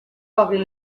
coguin